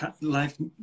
life